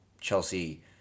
Chelsea